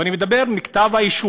אני מדבר מכתב-האישום,